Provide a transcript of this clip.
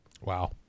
Wow